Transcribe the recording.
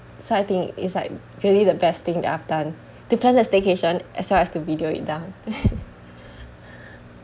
so I think it's like really the best thing that I've done to spend this vacation as far as I've videoed it down